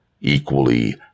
Equally